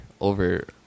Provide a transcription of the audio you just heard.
Over